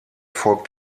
folgt